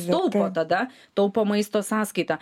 taupo tada taupo maisto sąskaita